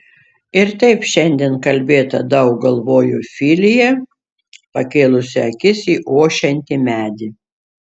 ir taip šiandien kalbėta daug galvojo filija pakėlusi akis į ošiantį medį